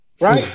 right